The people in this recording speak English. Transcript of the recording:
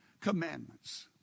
Commandments